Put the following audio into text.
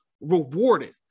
rewarded